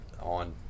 on